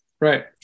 Right